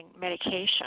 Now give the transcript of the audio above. medication